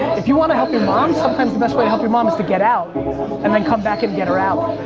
if you wanna help your mom, sometimes the best way to help your mom is to get out and then come back and get her out.